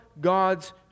God's